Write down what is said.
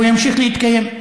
והוא ימשיך להתקיים.